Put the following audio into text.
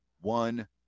one